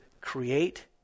create